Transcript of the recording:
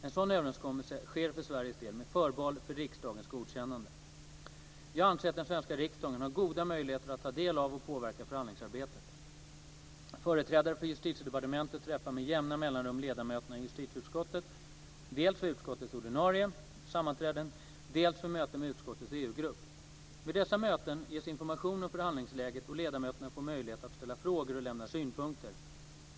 En sådan överenskommelse sker för Sveriges del med förbehåll för riksdagens godkännande. Jag anser att den svenska riksdagen har goda möjligheter att ta del av och påverka förhandlingsarbetet. Företrädare för Justitiedepartementet träffar med jämna mellanrum ledamöterna i justitieutskottet dels vid utskottets ordinarie sammanträden, dels vid möten med utskottets EU-grupp. Vid dessa möten ges information om förhandlingsläget och ledamöterna får möjlighet att ställa frågor och lämna synpunkter.